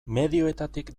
medioetatik